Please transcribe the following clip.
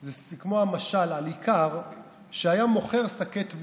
זה כמו המשל על איכר שהיה מוכר שקי תבואה,